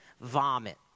vomit